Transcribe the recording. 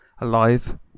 alive